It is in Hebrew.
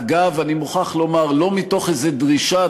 אגב, אני מוכרח לומר, לא מתוך איזו דרישה.